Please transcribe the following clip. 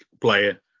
player